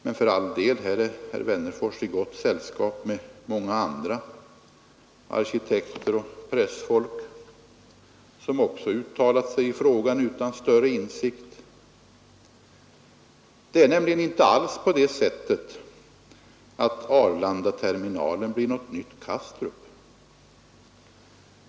Men för all del, här är herr Wennerfors i gott sällskap med många andra — arkitekter och pressfolk som också uttalat sig i frågan, utan större insikt. Det är nämligen inte alls på det sättet att Arlandaterminalen blir något nytt Kastrup.